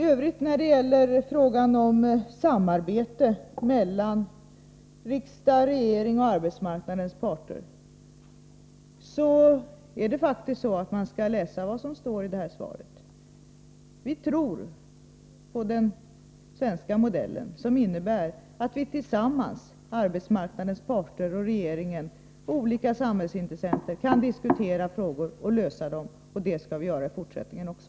Tövrigt när det gäller frågan om samarbete mellan riksdag och regering och arbetsmarknadens parter skall man faktiskt läsa vad som står i svaret. Vi tror på den svenska modellen, som innebär att vi tillsammans — arbetsmarknadens parter, regeringen och olika samhällsintressenter — kan diskutera frågor och lösa dem. Det skall vi göra i fortsättningen också.